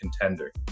contender